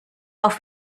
auf